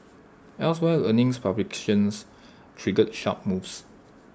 elsewhere earnings publications triggered sharp moves